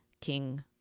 king